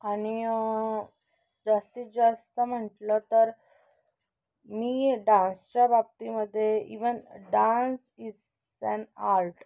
आणि जास्तीत जास्त म्हटलं तर मी डान्सच्या बाबतीमध्ये even dance is an art